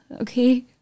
Okay